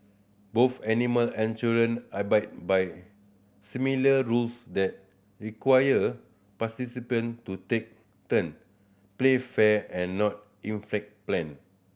both animal and children abide by similar rules that require participant to take turn play fair and not inflict pain